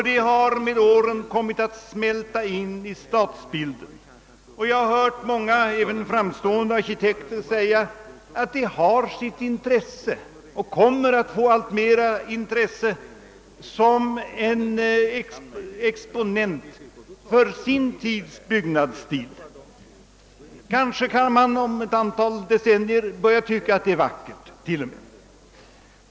Det har med åren kommit att smälta in i stadsbilden. Jag har hört många, även framstående arkitekter, säga att det har sitt intresse — och kommer att få det i allt större utsträckning — som en exponent för sin tids byggnadsstil. Kanske kan man om ett antal decennier t.o.m. börja tycka att det är vackert!